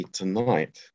tonight